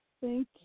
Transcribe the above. Thank